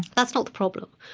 that's not the problem.